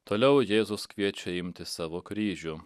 toliau jėzus kviečia imti savo kryžių